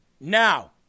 Now